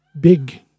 big